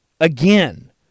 again